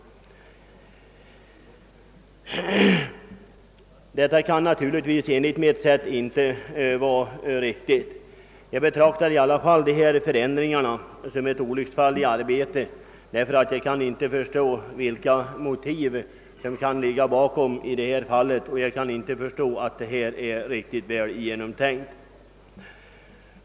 Detta kan enligt min uppfattning inte vara riktigt. Jag betraktar i alla fall dessa förändringar som ett olycksfall i arbetet, och jag kan inte förstå vilka motiv som kan ligga bakom i detta fall. Jag kan inte heller anse att detta är riktigt väl genomtänkt.